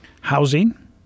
housing